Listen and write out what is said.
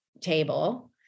table